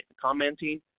commenting